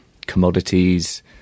commodities